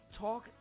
Talk